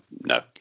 No